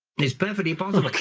is perfectly possible.